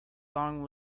long